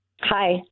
Hi